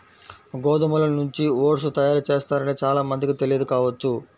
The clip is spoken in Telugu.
గోధుమల నుంచి ఓట్స్ తయారు చేస్తారని చాలా మందికి తెలియదు కావచ్చు